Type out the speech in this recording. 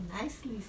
Nicely